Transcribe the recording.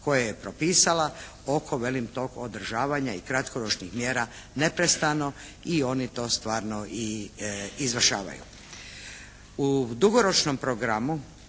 koje je propisala oko velim tog održavanja i kratkoročnih mjera neprestano i oni to stvarno i izvršavaju.